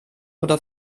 oder